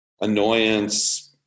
annoyance